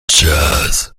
jazz